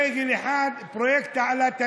רגל אחת, פרויקט תעלת הימים,